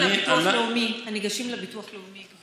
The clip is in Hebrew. הניגשים לביטוח הלאומי.